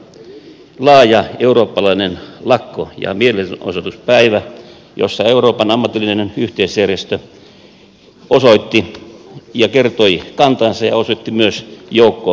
marraskuuta laaja eurooppalainen lakko ja mielenosoituspäivä jossa euroopan ammatillinen yhteisjärjestö osoitti ja kertoi kantansa ja osoitti myös joukkovoimansa